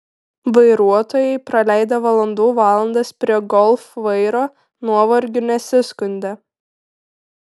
vairuotojai praleidę valandų valandas prie golf vairo nuovargiu nesiskundė